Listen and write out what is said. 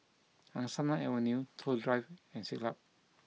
Angsana Avenue Toh Drive and Siglap